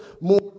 more